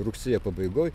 rugsėjo pabaigoj